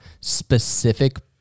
specific